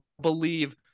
believe